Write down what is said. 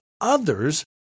others